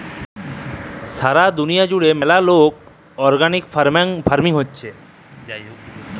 সারা দুলিয়া জুড়ে ম্যালা রোক অর্গ্যালিক ফার্মিং হচ্যে